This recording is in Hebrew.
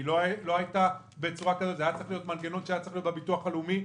זה היה צריך להיות מנגנון בביטוח הלאומי.